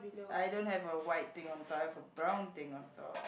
I don't have a white thing on top I have a brown thing on top